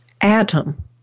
atom